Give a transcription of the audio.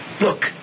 Look